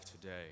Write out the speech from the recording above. today